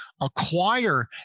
acquire